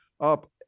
up